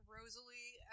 Rosalie